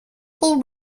paul